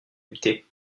lutter